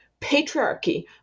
patriarchy